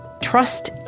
trust